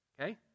Okay